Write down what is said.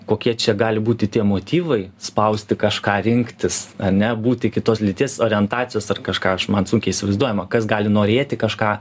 kokie čia gali būti tie motyvai spausti kažką rinktis ane būti kitos lyties orientacijos ar kažką aš man sunkiai įsivaizduojama kas gali norėti kažką